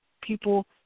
People